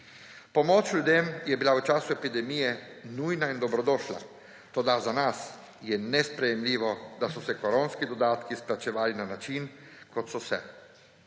Pomoč ljudem je bila v času epidemije nujna in dobrodošla, toda za nas je nesprejemljivo, da so se koronski dodatki izplačevali na način, kot so se.